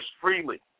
freely